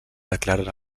declaren